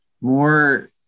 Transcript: more